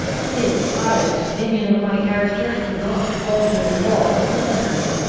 his private opinion of my character could not alter the law of the land.